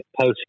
post